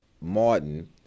Martin